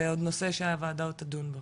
זה עוד נושא שהועדה עוד תדון בו.